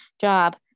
job